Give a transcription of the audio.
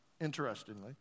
interestingly